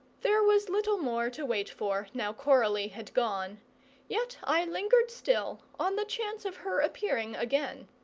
there was little more to wait for, now coralie had gone yet i lingered still, on the chance of her appearing again.